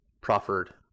proffered